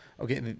Okay